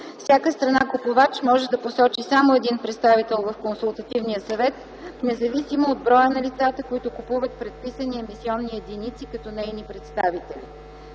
Всяка страна купувач може да посочи само един представител в Консултативния съвет независимо от броя на лицата, които купуват ПЕЕ като нейни представители.